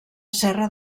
serra